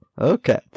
okay